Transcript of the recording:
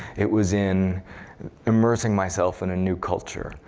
it was in immersing myself in a new culture,